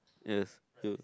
yes